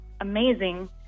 amazing